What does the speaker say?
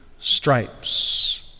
stripes